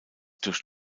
durch